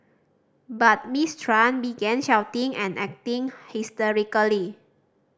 but Miss Tran began shouting and acting hysterically